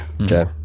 Okay